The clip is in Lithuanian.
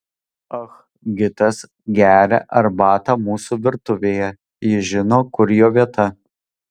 ah gitas geria arbatą mūsų virtuvėje jis žino kur jo vieta